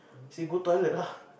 say go toilet lah